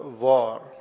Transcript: war